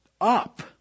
up